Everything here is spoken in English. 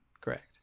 Correct